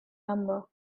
number